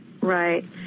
Right